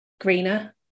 greener